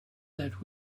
that